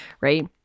right